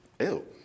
ew